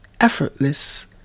effortless